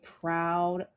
proud